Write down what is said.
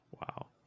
Wow